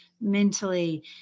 mentally